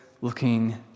looking